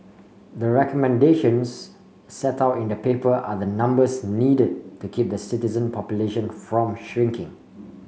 the recommendations set out in the paper are the numbers needed to keep the citizen population from shrinking